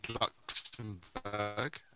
Luxembourg